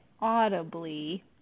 audibly